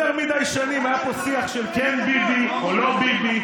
יותר מדי שנים היה פה שיח של כן ביבי או לא ביבי.